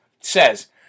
says